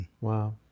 Wow